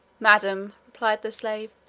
madam, replied the slave,